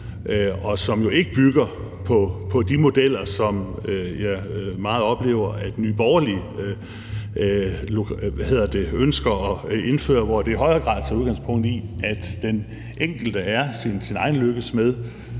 og som jo ikke bygger på de modeller, som jeg meget oplever at Nye Borgerlige ønsker at indføre, hvor det i højere grad tager udgangspunkt i, at den enkelte er sin egen lykkes smed.